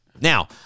Now